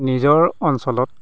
নিজৰ অঞ্চলত